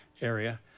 area